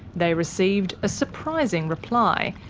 they received a surprising reply,